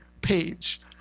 page